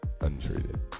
Untreated